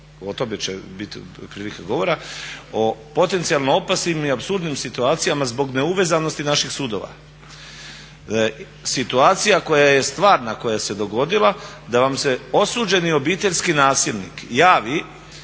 o tome će biti prilike govora o potencijalno opasnim i apsurdnim situacijama zbog neuvezanosti naših sudova. Situacija koja je stvarna koja se dogodila da vam se osuđeni obiteljski nasilnik javi